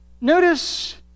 Notice